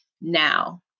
now